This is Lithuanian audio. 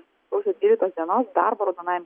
sausio dvyliktos dienos darbo raudonajam